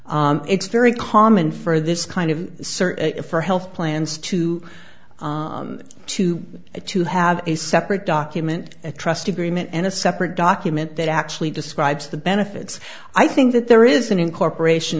it's very common for this kind of search for health plans to to to have a separate document a trust agreement and a separate document that actually describes the benefits i think that there is an incorporation